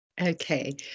Okay